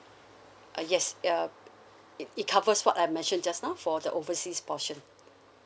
uh yes uh it it covers what I mentioned just now for the overseas portion